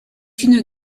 une